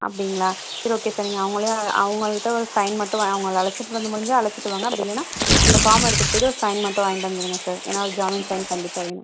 அப்படிங்ளா சரி okay sir நீங்கள் அவங்களே அவங்கள்கிட்ட ஒரு சைன் மட்டும் அவங்களை அழைச்சிட்டு வர முடிஞ்சா அழைச்சிட்டு வாங்க அப்படி இல்லைனா இந்த ஃபாம்மை எடுத்துட்டு போய்ட்டு ஒரு சைன் மட்டும் வாய்ண்டு வந்துருங்க சார் ஏன்னா ஒரு ஜாமீன் சைன் கண்டிப்பாக வேணும்